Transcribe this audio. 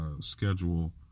schedule